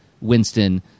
Winston